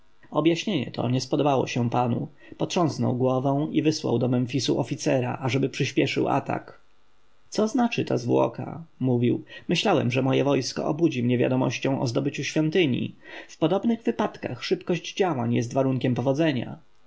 objaśnienie to nie podobało się panu potrząsnął głową i wysłał do memfisu oficera ażeby przyśpieszyć atak co znaczy ta zwłoka mówił myślałem że moje wojsko obudzi mnie wiadomością o zdobyciu świątyni w podobnych wypadkach szybkość działań jest warunkiem powodzenia